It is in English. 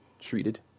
treated